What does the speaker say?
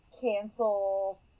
cancel